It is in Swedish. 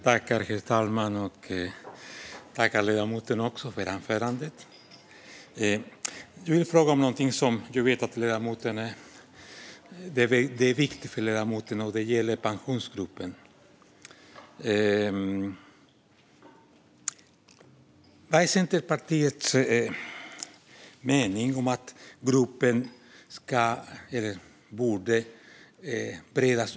Herr talman! Jag tackar ledamoten för anförandet! Jag vill fråga något som jag vet är viktigt för ledamoten. Det gäller Pensionsgruppen. Vad är Centerpartiets syfte med att gruppen borde utredas?